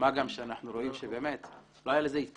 אבל מכאן ועד להגיד שלקחו מעטפות והיה בלגאן.